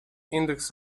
index